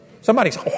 Somebody's